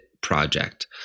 Project